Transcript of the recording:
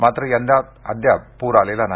मात्र यंदा अद्यापही पूर आलेला नाही